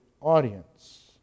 audience